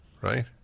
Right